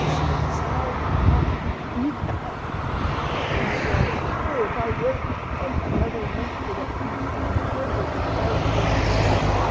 it is hard not to do that when you go, if i wait another week for that peach to be perfect, the price may collapse.